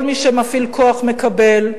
כל מי שמפעיל כוח מקבל,